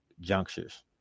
junctures